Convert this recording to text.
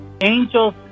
Angels